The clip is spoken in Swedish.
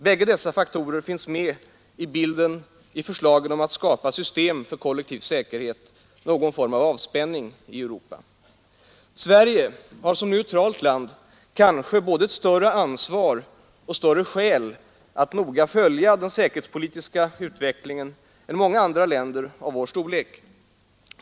Bägge dessa faktorer finns med i bilden i förslagen om att skapa system för kollektiv säkerhet, någon form av avspänning i Europa. Sverige har som neutralt land kanske både större ansvar och större skäl att noga följa den säkerhetspolitiska utvecklingen än många andra länder av vår storlek.